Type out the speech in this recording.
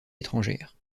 étrangères